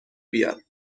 بیار